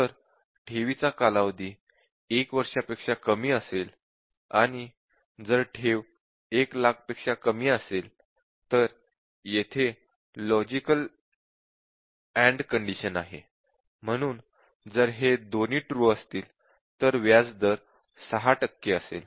जर ठेवीचा कालावधी 1 वर्षापेक्षा कमी असेल आणि जर ठेव 1 लाखापेक्षा कमी असेल तर येथे लॉजिकल अँड कंडिशन आहे म्हणून जर हे दोन्ही ट्रू असतील तर व्याज दर 6 टक्के असेल